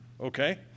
Okay